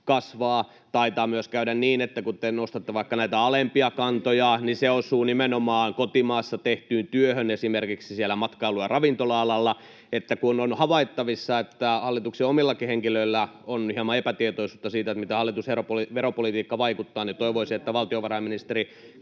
kasvaa; taitaa myös käydä niin, että kun te nostatte vaikka näitä alempia kantoja, [Antti Kurvinen: Pienyrittäjien kurittamista!] niin se osuu nimenomaan kotimaassa tehtyyn työhön esimerkiksi siellä matkailu- ja ravintola-alalla. Eli kun on havaittavissa, että hallituksen omillakin henkilöillä on hieman epätietoisuutta siitä, miten hallituksen veropolitiikka vaikuttaa, niin toivoisin, että valtiovarainministeri